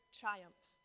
triumph